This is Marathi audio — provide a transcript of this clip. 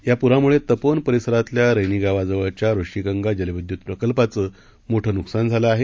यापुरामुळेतपोवनपरिसरातल्यारैणीगावाजवळच्याऋषिगंगाजलविद्युतप्रकल्पाचंमोठंनुकसानझालंआहे